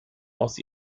aus